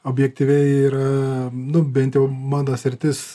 objektyviai ir nu bent jau mano sritis